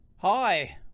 Hi